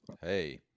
Hey